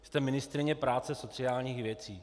Vy jste ministryně práce a sociálních věcí.